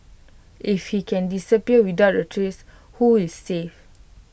if he can disappear without A trace who is safe